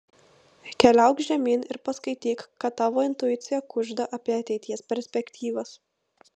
keliauk žemyn ir paskaityk ką tavo intuicija kužda apie ateities perspektyvas